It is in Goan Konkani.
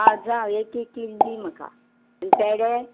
आं जावं एक एक कील दी म्हाका पेडे